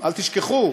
אל תשכחו,